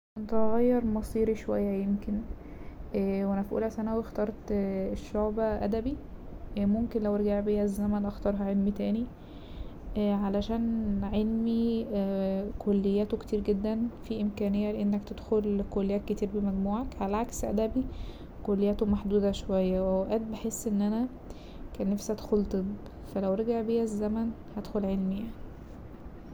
كنت هغير مصيري شوية يمكن وانا في أولى ثانوي اخترت الشعبة ادبي ممكن لو رجع بيا الزمن اختارها علمي تاني علشان علمي كلياته كتير جدا في امكانية لأنك تدخل كليات كتير بمجموعك على عكس ادبي كلياته محدودة شوية واوقات بحس ان انا كان نفسي ادخل طب فا لو رجع بيا الزمن هدخل علمي يعني.